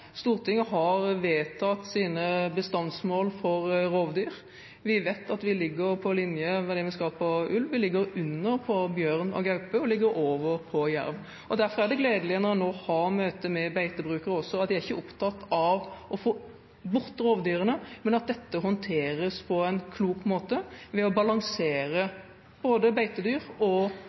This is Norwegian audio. Stortinget har vedtatt sine bestandsmål for rovdyr. Vi vet at vi ligger på linje med det vi skal for ulv, vi ligger under for bjørn og gaupe, og vi ligger over for jerv. Derfor er det gledelig når en nå har møter med beitebrukere, at de ikke er opptatt av å få bort rovdyrene, men at dette håndteres på en klok måte ved å balansere både beitedyr og